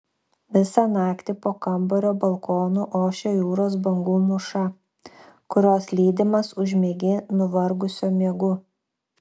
visą naktį po kambario balkonu ošia jūros bangų mūša kurios lydimas užmiegi nuvargusio miegu